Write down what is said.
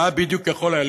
מה בדיוק היה יכול להיכשל,